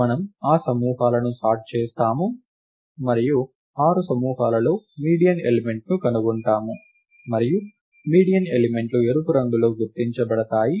మనము ఆ సమూహాలను సార్ట్ చేసాము మరియు 6 సమూహాలలో మీడియన్ ఎలిమెంట్ ను కనుగొంటాము మరియు మీడియన్ ఎలిమెంట్లు ఎరుపు రంగులో గుర్తించబడతాయి